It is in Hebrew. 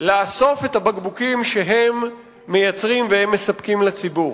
לאסוף את הבקבוקים שהם מייצרים ומספקים לציבור.